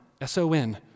S-O-N